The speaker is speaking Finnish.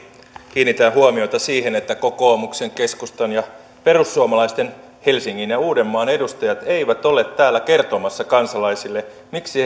kiinnitän huomiota siihen että kokoomuksen keskustan ja perussuomalaisten helsingin ja uudenmaan edustajat eivät ole täällä kertomassa kansalaisille miksi